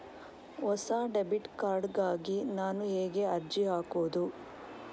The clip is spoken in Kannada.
ಹೊಸ ಡೆಬಿಟ್ ಕಾರ್ಡ್ ಗಾಗಿ ನಾನು ಹೇಗೆ ಅರ್ಜಿ ಹಾಕುದು?